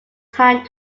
time